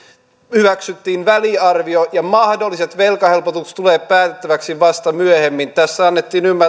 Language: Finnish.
hyväksyttiin väliarvio ja mahdolliset velkahelpotukset tulevat päätettäväksi vasta myöhemmin tässä annettiin ymmärtää että